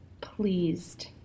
pleased